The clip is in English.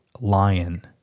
lion